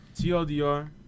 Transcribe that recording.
TLDR